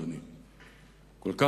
אדוני,